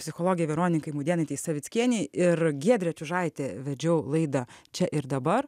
psichologei veronikai mudėnaitei savickienei ir giedrė čiužaitė vedžiau laida čia ir dabar